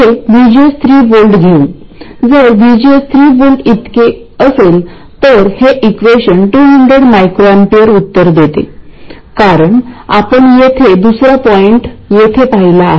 तर आता ID हा I0 च्या बरोबरचा असला पाहिजे जेणेकरून आपल्याला VGS मिळवता येईल आणि आपल्याला ते Vt2kn ID असे मिळेल